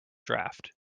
draft